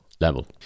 level